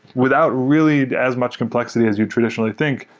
without really need as much complexity as you'd traditionally think,